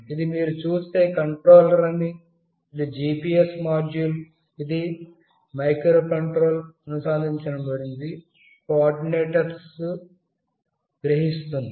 ఇది మీరు చూస్తే మైక్రో కంట్రోలర్ అని ఇది GPS మాడ్యూల్ ఇది మైక్రో కంట్రోలర్తో అనుసంధానించబడి కోఆర్డినేట్లను గ్రహిస్తుంది